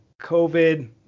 COVID